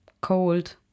cold